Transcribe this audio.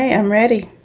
i'm ready.